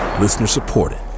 Listener-supported